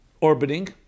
orbiting